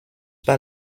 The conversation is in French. pas